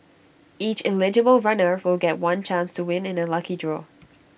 each eligible runner will get one chance to win in A lucky draw